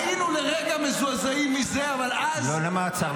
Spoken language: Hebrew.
היינו לרגע מזועזעים מזה, אבל אז --- לא למעצר.